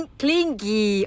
clingy